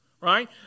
right